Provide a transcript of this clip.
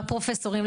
לפרופסורים,